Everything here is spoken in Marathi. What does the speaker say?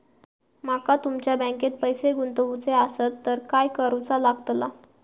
माका तुमच्या बँकेत पैसे गुंतवूचे आसत तर काय कारुचा लगतला?